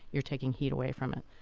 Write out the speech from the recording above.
you're taking heat away from it.